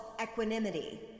equanimity